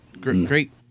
great